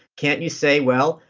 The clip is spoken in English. can't you say, well,